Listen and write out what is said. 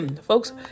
folks